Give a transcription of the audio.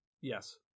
Yes